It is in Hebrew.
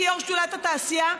כיו"ר שדולת התעשייה,